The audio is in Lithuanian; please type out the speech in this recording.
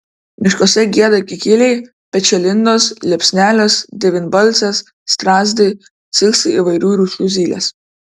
miškuose gieda kikiliai pečialindos liepsnelės devynbalsės strazdai ciksi įvairių rūšių zylės